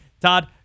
Todd